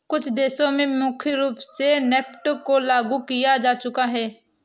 कुछ देशों में मुख्य रूप से नेफ्ट को लागू किया जा चुका है